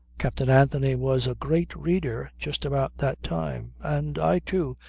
captain anthony was a great reader just about that time and i, too,